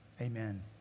amen